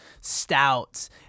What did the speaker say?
stouts